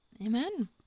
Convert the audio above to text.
Amen